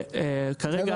כרגע,